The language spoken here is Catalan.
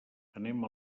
anem